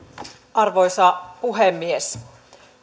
arvoisa puhemies